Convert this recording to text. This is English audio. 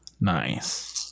Nice